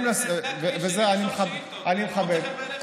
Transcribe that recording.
ואני, אני חבר כנסת, יש לי רק לשאול שאילתות.